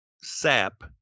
sap